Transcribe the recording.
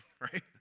right